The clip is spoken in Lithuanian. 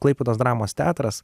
klaipėdos dramos teatras